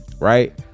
Right